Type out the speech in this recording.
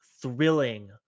thrilling